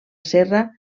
serra